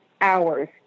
hours